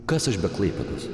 kas aš be klaipėdos